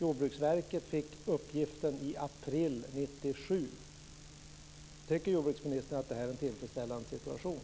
Jordbruksverket fick uppgiften i april 1997. Tycker jordbruksministern att det här är en tillfredsställande situation?